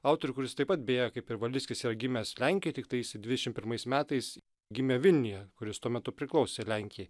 autorių kuris taip pat beje kaip ir valickis yra gimęs lenkijoj tiktai jis dvidešimt pirmais metais gimė vilniuje kuris tuo metu priklausė lenkijai